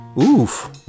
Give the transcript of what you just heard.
oof